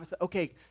okay